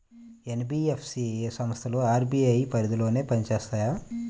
NBFC సంస్థలు RBI పరిధిలోనే పని చేస్తాయా?